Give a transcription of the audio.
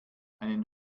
einen